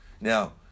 now